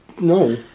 No